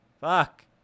fuck